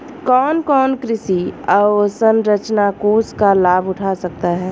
कौन कौन कृषि अवसरंचना कोष का लाभ उठा सकता है?